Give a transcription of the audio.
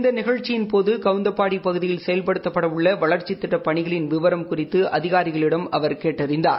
இந்த நிகழ்ச்சியின்போது கவுந்தப்பாடி பகுதியில் செயல்படுத்தப்படவுள்ள வளர்ச்சித் திட்டப்பணிகளின் விவரம் குறித்து அதிகாரிகளிடம் அவர் கேட்டறிந்தார்